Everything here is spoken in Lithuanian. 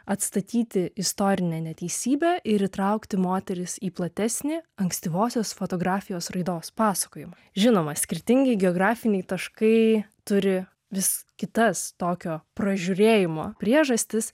atstatyti istorinę neteisybę ir įtraukti moteris į platesnį ankstyvosios fotografijos raidos pasakojimą žinoma skirtingi geografiniai taškai turi vis kitas tokio pražiūrėjimo priežastis